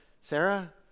Sarah